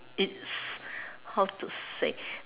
it's how to say